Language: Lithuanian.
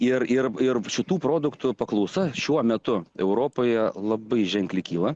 ir ir ir šitų produktų paklausa šiuo metu europoje labai ženkli kyla